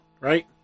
right